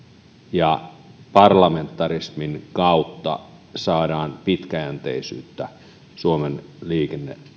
ja että parlamentarismin kautta saadaan pitkäjänteisyyttä suomen liikenne